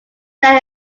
that